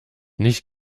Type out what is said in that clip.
nicht